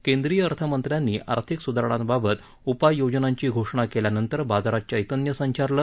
केंद्रीय अर्थमंत्र्यांनी आर्थिक सुधारणांबाबत उपाययोजनांची घोषणा केल्यानंतर बाजारात चैतन्य संचारलं